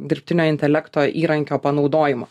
dirbtinio intelekto įrankio panaudojimo